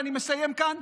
ואני מסיים כאן,